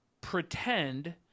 pretend